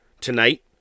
Tonight